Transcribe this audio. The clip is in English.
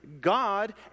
God